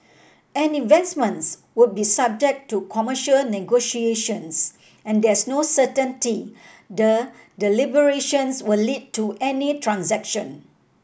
any investments would be subject to commercial negotiations and there's no certainty the deliberations will lead to any transaction